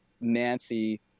Nancy